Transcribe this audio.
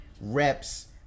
reps